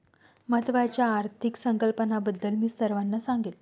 महत्त्वाच्या आर्थिक संकल्पनांबद्दल मी सर्वांना सांगेन